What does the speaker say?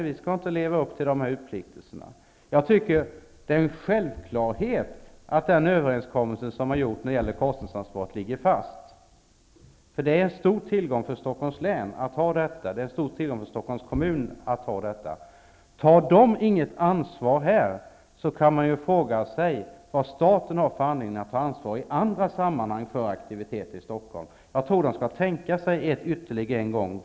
Vi kan inte leva upp till förpliktelserna. Jag tycker att det är en självklarhet att den överenskommelse som har träffats om kostnadsansvaret skall ligga fast. Det är en stor tillgång för Stockholms län och för Stockholms kommun att ha detta. Tar de inget ansvar här, kan man fråga sig vad staten har för anledning att ta ansvar i andra sammanhang för aktiviteter i Stockholm. Jag tror det tål att tänka på ytterligare en gång.